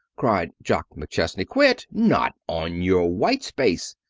cried jock mcchesney. quit! not on your white space!